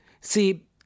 See